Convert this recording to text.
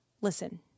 listen